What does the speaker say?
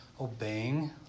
obeying